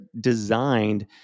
designed